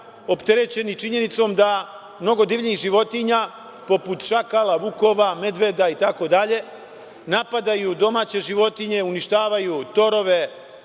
opterećeni činjenicom da mnogo divljih životinja, poput šakala, vukova, medveda itd, napadaju domaće životinje, uništavaju torove,